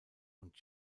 und